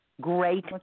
Great